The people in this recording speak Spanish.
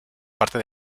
parte